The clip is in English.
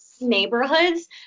neighborhoods